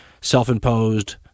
self-imposed